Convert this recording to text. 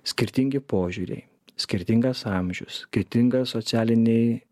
skirtingi požiūriai skirtingas amžius skirtinga socialiniai